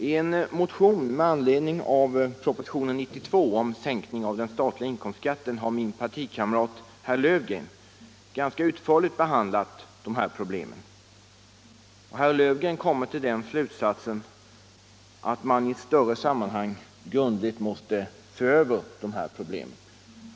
I en motion med anledning av propositionen 92 om sänkning av den statliga inkomstskatten har min partikamrat herr Löfgren ganska utförligt behandlat de här frågorna. Han kommer till slutsatsen att man i ett större sammanhang grundligt måste se över situationen.